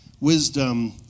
wisdom